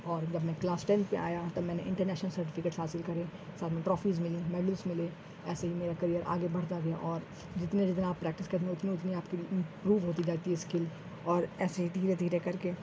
اور جب میں کلاس ٹینتھ میں آیا تب میں نے انٹرنیشنل سرٹیفکیٹ حاصل کرے ساتھ میں ٹرافیز ملیں میڈلس ملے ایسے ہی میرا کیریئر آگے بڑھتا گیا اور جتنے جتنے آپ پریکٹس کریں گے اتنے اتنے آپ کی بھی امپروو ہوتی جاتی ہے اسکل اور ایسے دھیرے دھیرے کر کے